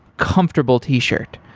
comfortable t-shirt.